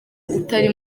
utari